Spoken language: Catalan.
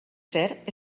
cert